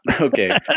okay